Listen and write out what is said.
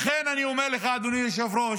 לכן אני אומר לך, אדוני היושב-ראש,